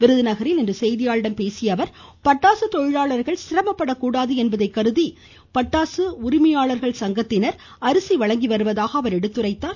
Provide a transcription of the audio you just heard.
விருதுநகரில் செய்தியாளர்களிடம் பேசிய அவர் பட்டாசு தொழிலாளர்கள் சிரமப்படக்கூடாது என்பதை கருதி பட்டாசு உரிமையாளர்கள் சங்கத்தினர் அரிசி வழங்கி வருவதாக அவர் எடுத்துரைத்தார்